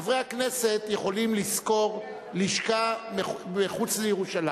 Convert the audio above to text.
חברי הכנסת יכולים לשכור לשכה מחוץ לירושלים,